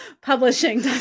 publishing